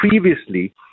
previously